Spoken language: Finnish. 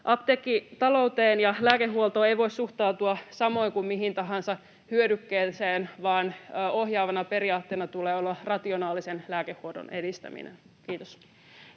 Apteekkitalouteen ja lääkehuoltoon ei voi suhtautua samoin kuin mihin tahansa hyödykkeeseen, vaan ohjaavana periaatteena tulee olla rationaalisen lääkehoidon edistäminen. — Kiitos.